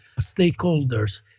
stakeholders